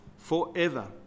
forever